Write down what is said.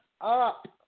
up